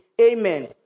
amen